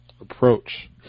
approach